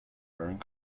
wearing